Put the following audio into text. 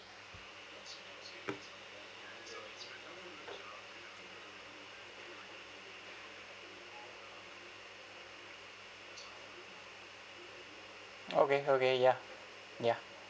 okay okay ya ya